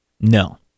no